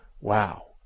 wow